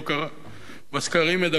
הסקרים מדברים בעד עצמם, ג.